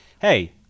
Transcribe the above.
hey